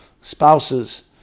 spouses